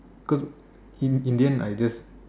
cause in in the end I just